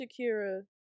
Shakira